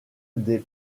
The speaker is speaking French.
des